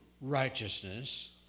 righteousness